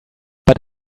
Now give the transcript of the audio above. but